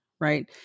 Right